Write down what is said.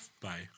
Bye